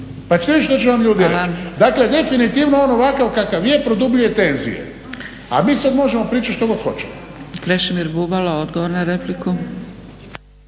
što će vam ljudi reći. Dakle, definitivno on ovakav kakav je produbljuje tenzije, a mi sad možemo pričati što god hoćemo.